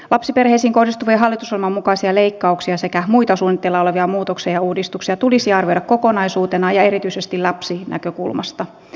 lapsiperheisiin kohdistuvia hallitusohjelman mukaisia leikkauksia sekä muita suunnitteilla olevia muutoksia ja uudistuksia tulisi arvioida kokonaisuutena ja erityisesti lapsinäkökulmasta